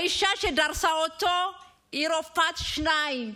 האישה שדרסה אותו היא רופאת שיניים.